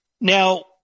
Now